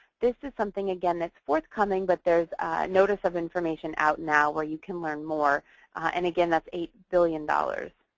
this is something again that's worth coming but there's notice of information out now where you can learn more and again that's eight billion dollars